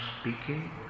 speaking